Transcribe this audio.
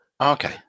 okay